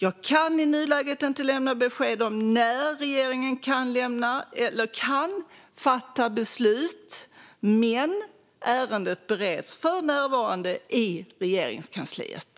Jag kan i nuläget inte lämna besked om när regeringen kan fatta beslut, men ärendet bereds för närvarande i Regeringskansliet.